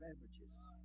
beverages